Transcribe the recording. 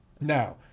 Now